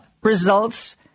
results